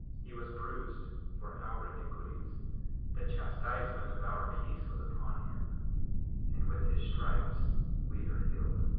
he was bruised for our iniquities the chastisement of our peace was upon him and with his stripes we are healed.